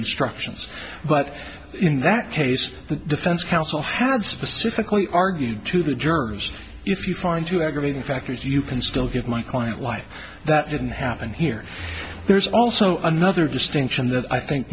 instructions but in that case the defense counsel had specifically argued to the jurors if you find two aggravating factors you can still give my client why that didn't happen here there's also another distinction that i think